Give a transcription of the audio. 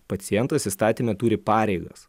pacientas įstatyme turi pareigas